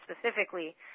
specifically